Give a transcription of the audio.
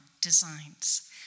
designs